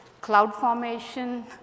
CloudFormation